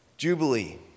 Jubilee